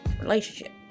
relationship